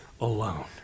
alone